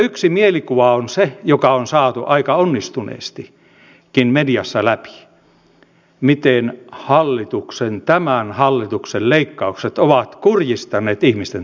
yksi mielikuva on se joka on saatu aika onnistuneestikin mediassa läpi miten hallituksen tämän hallituksen leikkaukset ovat kurjistaneet ihmisten tilannetta